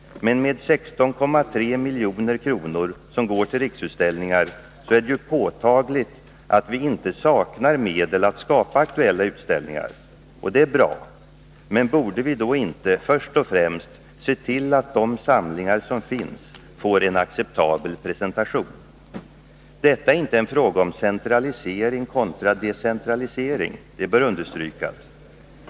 Men de 16,3 milj.kr. som går till riksutställningar är ju ett påtagligt uttryck för att vi inte saknar medel att skapa utställningar. Och det är bra. Men borde vi då inte först och främst se till att de samlingar som finns får en acceptabel presentation? Detta är inte en fråga om centralisering kontra decentralisering — det bör understrykas.